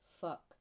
fuck